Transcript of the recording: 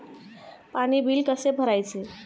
पाणी बिल कसे भरायचे?